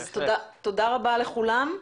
אז תודה רבה לכולם.